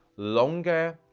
longer,